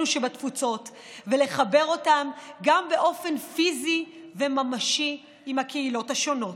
שבתפוצות ולחבר אותם גם באופן פיזי וממשי עם הקהילות השונות.